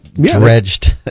dredged